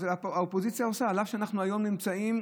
אף שהיום אנחנו נמצאים